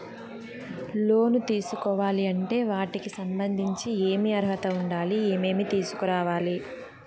లోను తీసుకోవాలి అంటే వాటికి సంబంధించి ఏమి అర్హత ఉండాలి, ఏమేమి తీసుకురావాలి